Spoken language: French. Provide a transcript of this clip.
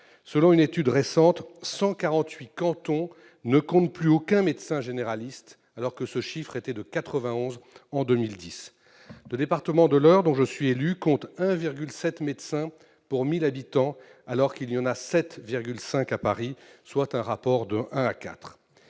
Selon une étude récente, 148 cantons ne comptent plus aucun médecin généraliste, alors que ce chiffre était de 91 en 2010. Le département de l'Eure, dont je suis élu, compte 1,7 médecin pour 1 000 habitants, contre 7,5 à Paris, soit un rapport de un à